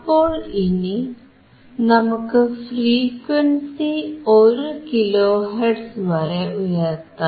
അപ്പോൾ ഇനി നമുക്ക് ഫ്രീക്വൻസി 1 കിലോ ഹെർട്സ് വരെ ഉയർത്താം